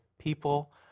people